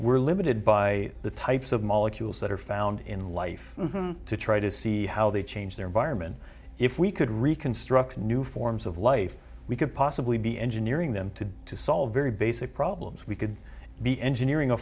we're limited by the types of molecules that are found in life to try to see how they change their environment if we could reconstruct new forms of life we could possibly be engineering them to to solve very basic problems we could be engineering a